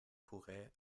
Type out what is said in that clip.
pourrait